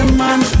man